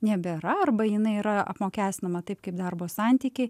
nebėra arba jinai yra apmokestinama taip kaip darbo santykiai